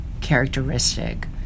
characteristic